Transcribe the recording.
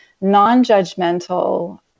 non-judgmental